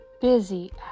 busy